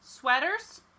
Sweaters